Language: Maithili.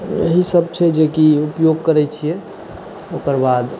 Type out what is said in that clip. एहि सब छै जकर उपयोग करै छियै ओकरबाद